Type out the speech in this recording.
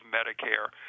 Medicare